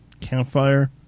Campfire